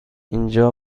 اینجا